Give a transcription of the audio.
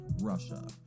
Russia